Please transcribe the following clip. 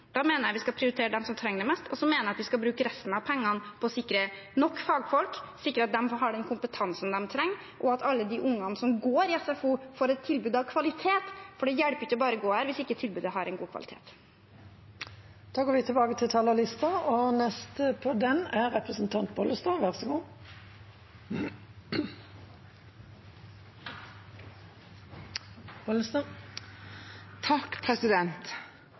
Da mener jeg vi skal prioritere dem som trenger det mest. Så mener jeg vi skal bruke resten av pengene på å sikre nok fagfolk, sikre at de har den kompetansen de trenger, og at alle de ungene som går i SFO, får et tilbud av kvalitet, for det hjelper ikke å gå der hvis ikke tilbudet har en god kvalitet. Replikkordskiftet er omme. Statsbudsjettet i et valgår med regjeringsskifte bygger jo i utgangspunktet på det budsjettet som den forrige regjeringen hadde, så